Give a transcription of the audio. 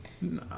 no